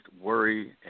worry